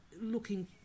looking